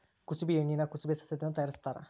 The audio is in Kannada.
ಕುಸಬಿ ಎಣ್ಣಿನಾ ಕುಸಬೆ ಸಸ್ಯದಿಂದ ತಯಾರಿಸತ್ತಾರ